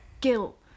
guilt